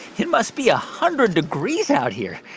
it must be a hundred degrees out here.